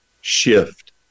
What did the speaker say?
shift